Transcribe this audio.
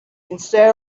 instead